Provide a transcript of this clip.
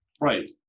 Right